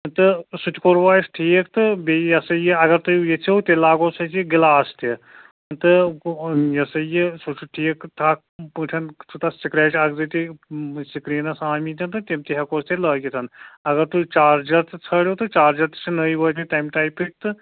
تہٕ سُہ تہِ کوٚروٕ اَسہِ ٹھیٖک تہٕ بیٚیہِ یہِ سَہ یہِ اگر تُہۍ ییٚژھو تیٚلہِ لاگہوس أسۍ یہِ گِلاس تہِ تہٕ یہِ سَہ یہِ سُہ چھُ ٹھیٖک چھُ تتھ سکرٮ۪چ اکھ زٕ تہِ سکریٖنس آمِتۍ تہِ تہٕ تِم تہِ ہٮ۪کہوس تیٚلہِ لٲگِتھ اگر تُہۍ چارجر تہِ ژانٛڈِو تہٕ چارجر تہِ چھِ نٔے وٲتمِتۍ تَمہِ ٹایپٕکۍ تہٕ